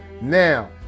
Now